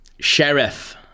Sheriff